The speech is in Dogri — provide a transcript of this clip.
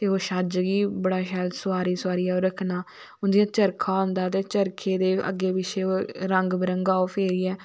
ते ओह् छज गी बड़ा शैल सुआरिऐ सुआरिऐ रक्खना हून जियां चरखा होंदा ते चरखे दे अग्गे पिच्छे ओह् रंग बरंगा फेरिये